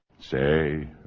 Say